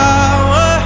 Power